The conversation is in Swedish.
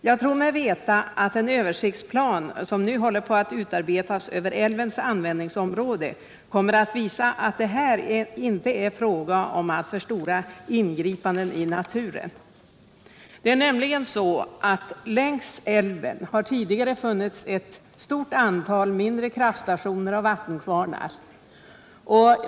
Jag tror mig veta att den översiktsplan som nu håller på att utarbetas över älvens användningsområde kommer att visa att det inte är fråga om alltför stora ingripanden i naturen. Det är nämligen så att längs älven har tidigare funnits ett stort antal mindre kraftstationer och vattenkvarnar.